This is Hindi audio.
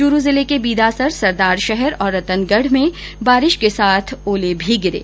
चूरू जिले के बीदासर सरदार शहर और रतनगढ में बारिश के साथ ओले भी गिरे